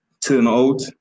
turnout